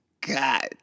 God